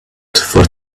for